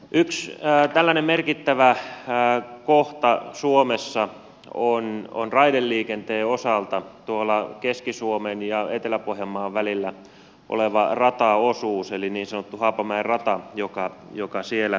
yksi tällainen merkittävä kohta suomessa on raideliikenteen osalta keski suomen ja etelä pohjanmaan välillä oleva rataosuus eli niin sanottu haapamäen rata joka siellä toimii